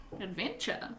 Adventure